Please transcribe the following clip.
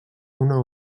una